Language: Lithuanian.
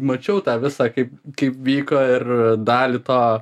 mačiau tą visą kaip vyko ir dalį to